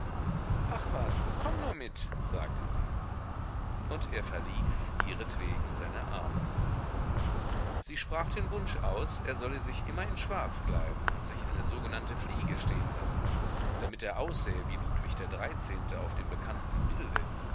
ach was komm nur mit sagte sie und er verließ ihretwegen seine arbeit sie sprach den wunsch aus er solle sich immer in schwarz kleiden und sich eine sogenannte fliege stehen lassen damit er aussähe wie ludwig der dreizehnte auf dem bekannten bilde